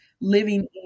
living